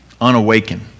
unawakened